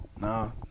No